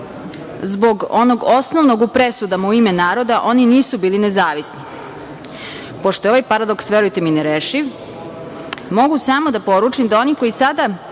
zbog onog osnovnog u presudama, u ime naroda, oni nisu bili nezavisni. Pošto je ovaj paradoks, verujte mi, nerešiv, mogu samo da poručim da oni koji sada